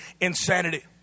insanity